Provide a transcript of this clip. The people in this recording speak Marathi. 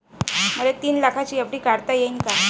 मले तीन लाखाची एफ.डी काढता येईन का?